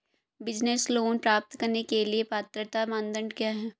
Business loan प्राप्त करने के लिए पात्रता मानदंड क्या हैं?